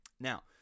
Now